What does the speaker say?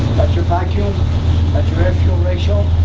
that's your vacuum thats you air fuel ratio